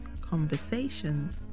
conversations